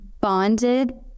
bonded